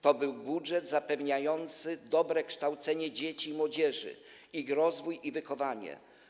To był budżet zapewniający dobre kształcenie dzieci i młodzieży, ich rozwój i wychowanie.